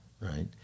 right